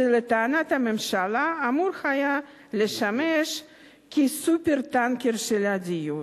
שלטענת הממשלה אמור היה לשמש כ"סופר-טנקר" של הדיור,